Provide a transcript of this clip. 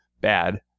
bad